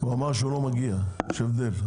הוא אמר שהוא לא מגיע, יש הבדל.